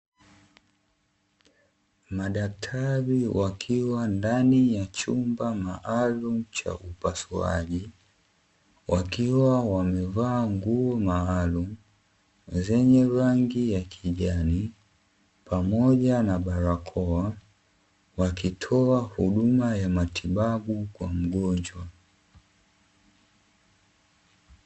Madaktari wakiwa ndani ya chumba maalumu cha upasuaji, wakiwa wamevaa nguo maalumu zenye rangi ya kijani, pamoja na barakoa wakitoa huduma ya matibabu kwa mgonjwa.